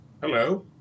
Hello